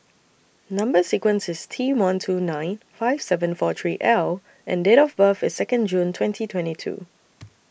Number sequence IS T one two nine five seven four three L and Date of birth IS Second June twenty twenty two